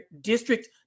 district